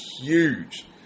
huge